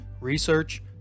research